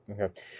Okay